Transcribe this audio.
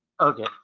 Okay